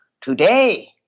today